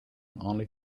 only